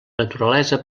naturalesa